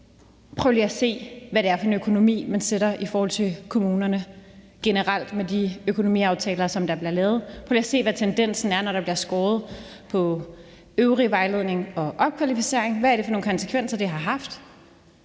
prøv lige at se, hvad det er for en økonomi man sætter op for kommunerne generelt med de økonomiaftaler, der bliver lavet. Prøv lige at se, hvad tendensen er, når der bliver skåret ned på den øvrige vejledning og opkvalificering. Hvad er det for nogle konsekvenser, det har haft?